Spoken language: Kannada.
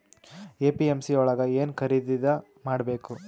ಎ.ಪಿ.ಎಮ್.ಸಿ ಯೊಳಗ ಏನ್ ಖರೀದಿದ ಮಾಡ್ಬೇಕು?